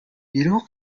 бирок